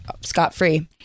scot-free